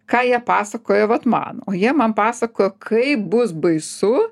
ką jie pasakoja vat man o jie man pasakojo kaip bus baisu